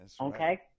Okay